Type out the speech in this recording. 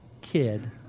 kid